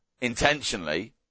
intentionally